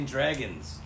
Dragons